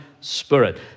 spirit